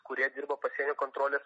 kurie dirbo pasienio kontrolės